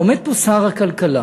עומד פה שר הכלכלה